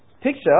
picture